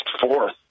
fourth